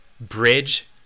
bridge